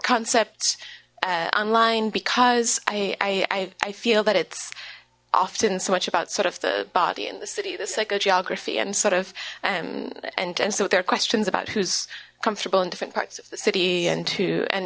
concept online because i i feel that it's often so much about sort of the body in the city the psychogeography and sort of and and and so there are questions about who's comfortable in different parts of the city and and and